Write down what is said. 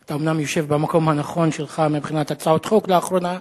אתה אומנם יושב במקום הנכון שלך מבחינת הצעות חוק לאחרונה,